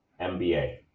MBA